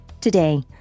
Today